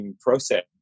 process